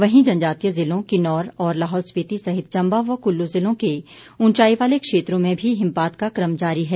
वहीं जनजातीय ज़िलों किन्नौर और लाहौल स्पिति सहित चंबा व कुल्लू जिलों के उंचाई वाले क्षेत्रों में भी हिमपात का कम जारी है